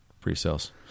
pre-sales